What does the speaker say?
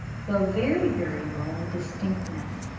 though very variable in distinctness.